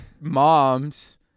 moms